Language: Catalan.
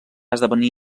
esdevenir